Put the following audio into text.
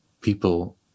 people